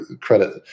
Credit